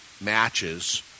matches